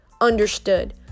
understood